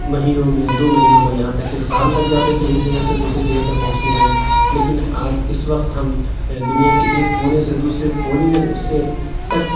مہینوں میں دو مہینوں میں یہاں تک کہ سال لگ جاتے تھے ایک جگہ سے دوسری جگہ تک پہنچنے میں لیکن آج اِس وقت ہم دنیا کے ایک کونے سے دوسرے کونے سے تک